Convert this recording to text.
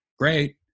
great